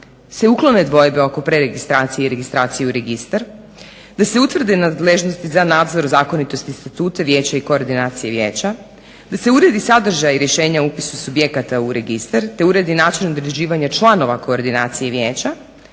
se uklone dvojbe oko preregistracije i registracije u registar, da se utvrde nadležnosti za nadzor zakonitosti instituta, vijeća i koordinacije vijeća, da se uredi sadržaj rješenja upisa subjekata u registar te uredi način određivanja članova koordinacije vijeća,